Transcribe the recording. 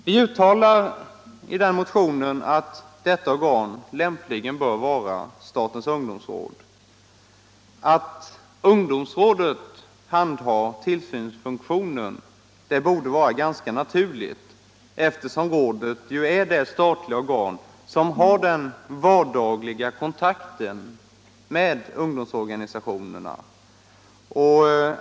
Vi uttalar i motionen att detta organ lämpligen bör vara statens ungdomsråd. Att ungdomsrådet handhar tillsynsfunktionen finner vi vara naturligt eftersom rådet är det statliga organ som har den vardagliga kontakten med ungdomsorganisationerna.